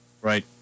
Right